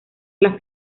las